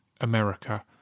America